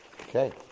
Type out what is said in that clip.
Okay